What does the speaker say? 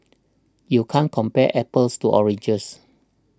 you can't compare apples to oranges